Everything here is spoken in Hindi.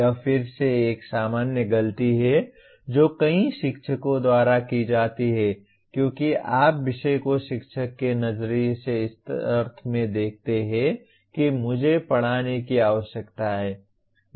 यह फिर से एक सामान्य गलती है जो कई शिक्षकों द्वारा की जाती है क्योंकि आप विषय को शिक्षक के नजरिए से इस अर्थ में देखते हैं कि मुझे पढ़ाने की आवश्यकता है